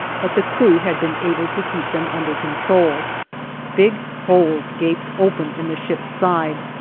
but the crew had been able to keep them under control big holes gaped open in the ship's side,